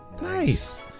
Nice